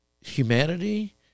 humanity